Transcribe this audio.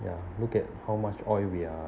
ya look at how much oil we are